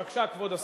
בבקשה, כבוד השר,